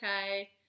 okay